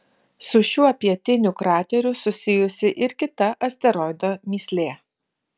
su šiuo pietiniu krateriu susijusi ir kita asteroido mįslė